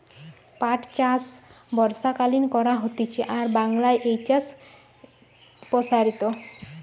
পাট চাষ বর্ষাকালীন করা হতিছে আর বাংলায় এই চাষ প্সারিত